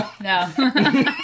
No